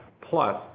plus